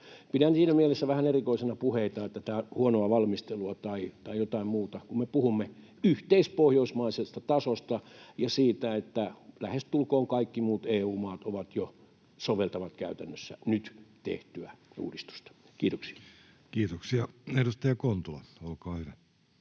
Pidän siinä mielessä vähän erikoisena puheita, että tämä on huonoa valmistelua tai jotain muuta, kun me puhumme yhteispohjoismaisesta tasosta ja siitä, että lähestulkoon kaikki muut EU-maat jo soveltavat käytännössä nyt tehtyä uudistusta. — Kiitoksia. [Speech 234] Speaker: